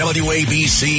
wabc